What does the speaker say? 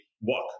walk